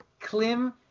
Klim